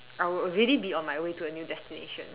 I will already be on my way to a new destination